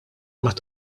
mat